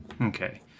Okay